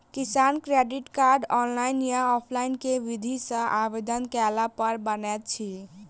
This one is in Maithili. किसान क्रेडिट कार्ड, ऑनलाइन या ऑफलाइन केँ विधि सँ आवेदन कैला पर बनैत अछि?